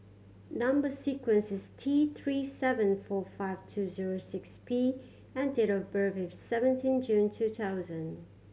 number sequence is T Three seven four five two zero six P and date of birth is seventeen June two thousand